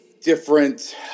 different